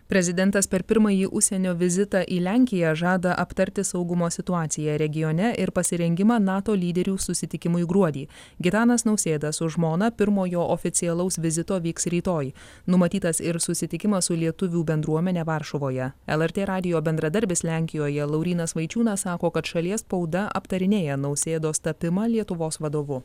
prezidentas per pirmąjį užsienio vizitą į lenkiją žada aptarti saugumo situaciją regione ir pasirengimą nato lyderių susitikimui gruodį gitanas nausėda su žmona pirmojo oficialaus vizito vyks rytoj numatytas ir susitikimas su lietuvių bendruomene varšuvoje lrt radijo bendradarbis lenkijoje laurynas vaičiūnas sako kad šalies spauda aptarinėja nausėdos tapimą lietuvos vadovu